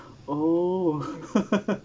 oh